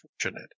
fortunate